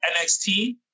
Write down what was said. NXT